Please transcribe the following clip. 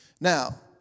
Now